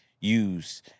use